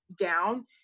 down